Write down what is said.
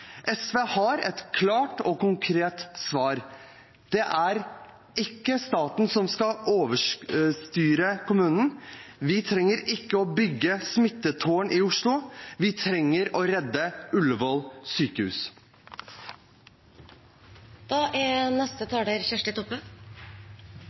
SV har et klart og konkret svar. Det er ikke staten som skal overstyre kommunen. Vi trenger ikke å bygge smittetårn i Oslo. Vi trenger å redde